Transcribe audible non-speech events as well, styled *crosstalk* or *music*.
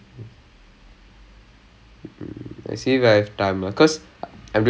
*noise* ya mm